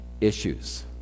issues